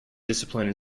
discipline